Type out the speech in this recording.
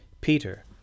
Peter